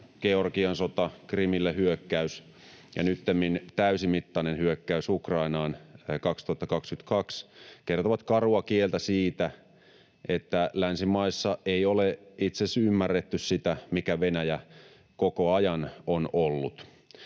Georgian sota, hyökkäys Krimille ja nyttemmin täysimittainen hyökkäys Ukrainaan vuonna 2022 kertovat karua kieltä siitä, että länsimaissa ei ole itse asiassa ymmärretty sitä, mikä Venäjä koko ajan on ollut.